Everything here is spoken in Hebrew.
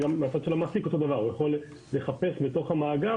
כך גם בצד של המעסיק יכולת לחפש עובדים בתוך המאגר,